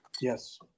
Yes